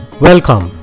Welcome